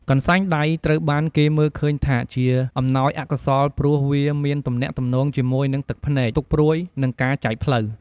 កន្សែងដៃត្រូវបានគេមើលឃើញថាជាអំណោយអកុសលព្រោះវាមានទំនាក់ទំនងជាមួយនឹងទឹកភ្នែក ទុក្ខព្រួយ និងការចែកផ្លូវ។